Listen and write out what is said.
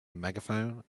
megaphone